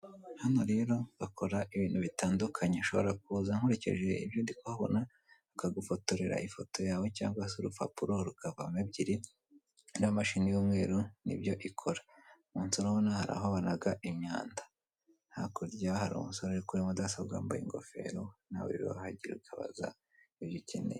Hano rero bakora ibintu bitandukanye ushobora kuza nkurikije ibyo ndi kuhabona, bakagufotorera ifoto yawe cyangwa urupapuro rukavamo ebyiri, iriya mashini y'umweru nibyo ikora, munsi urabona hari aho banaga imyanda, hakurya hari umusore uri kuri mudasobwa wambaye ingofero, nawe rero wahagera ukabaza ibyo ikeneye.